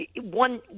one